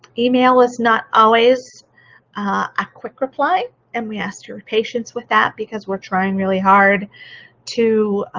email is not always a quick reply and we ask her patience with that because we're trying really hard to